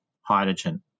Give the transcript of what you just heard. hydrogen